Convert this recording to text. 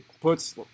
puts